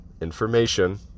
Information